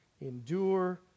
endure